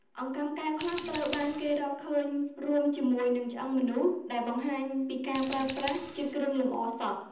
អង្កាំកែវខ្លះត្រូវបានគេរកឃើញរួមជាមួយនឹងឆ្អឹងមនុស្ស ដែលបង្ហាញពីការប្រើប្រាស់ជាគ្រឿងលម្អសព។